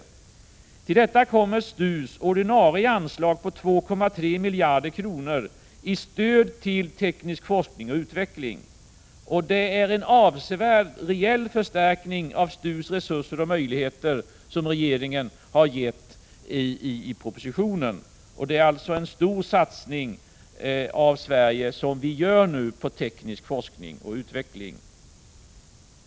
Till detta kommer STU:s ordinarie anslag på 2,3 miljarder kronor i stöd till teknisk forskning och utveckling. Detta är en avsevärd reell förstärkning av STU:s resurser och möjligheter som regeringen har gett i propositionen. Vi gör alltså nu en stor satsning på teknisk forskning och utveckling.